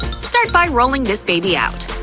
start by rolling this baby out.